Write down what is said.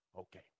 Okay